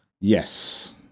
Yes